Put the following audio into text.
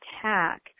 attack